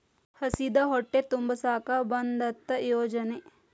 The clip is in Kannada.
ಹಸಿದ ಹೊಟ್ಟೆ ತುಂಬಸಾಕ ಬಂದತ್ತ ಯೋಜನೆ